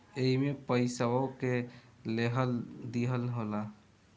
एईमे पइसवो के लेहल दीहल होला